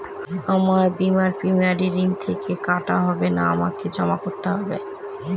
আমার বিমার প্রিমিয়াম ঋণ থেকে কাটা হবে না আমাকে জমা করতে হবে?